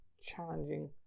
challenging